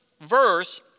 Verse